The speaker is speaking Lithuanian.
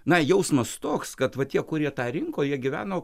na jausmas toks kad va tie kurie tą rinko jie gyveno